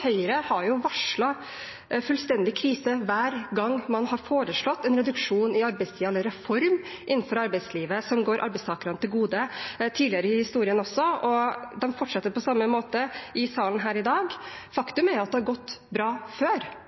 Høyre har varslet fullstendig krise hver gang man har foreslått en reduksjon i arbeidstid, en reform innenfor arbeidslivet som kommer arbeidstakerne til gode, tidligere i historien også, og de fortsetter på samme måte i salen her i dag.